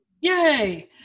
Yay